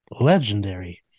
legendary